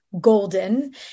golden